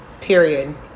period